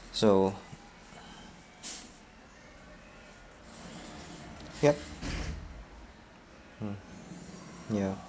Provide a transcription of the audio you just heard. so ya mm ya